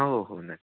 हो हो नक्की